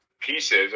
pieces